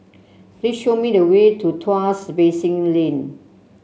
please show me the way to Tuas Basin Lane